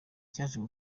cyaje